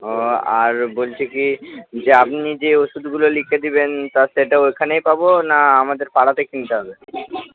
ও আর বলছি কি যে আপনি যে ওষুধগুলো লিখে দেবেন তা সেটা ওখানেই পাব না আমাদের পাড়াতে কিনতে হবে